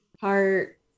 heart